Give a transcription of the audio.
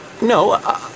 No